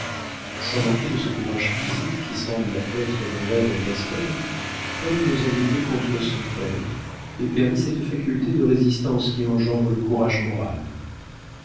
sans manquer de ce courage physique qui semble être dans l'air de la gascogne paul n'osa lutter contre son père et perdit cette faculté de résistance qui engendre le courage moral